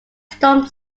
storm